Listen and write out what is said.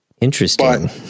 Interesting